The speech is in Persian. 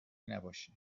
نباشه